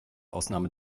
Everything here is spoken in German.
ausnahme